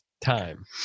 time